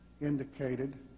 indicated